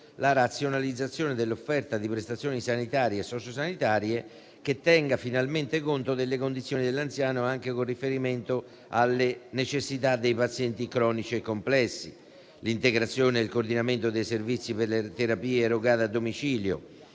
la razionalizzazione dell'offerta di prestazioni sanitarie e sociosanitarie che tenga finalmente conto delle condizioni dell'anziano, anche con riferimento alle necessità dei pazienti cronici e complessi si prevede, altresì, l'integrazione del coordinamento dei servizi per le terapie erogate a domicilio;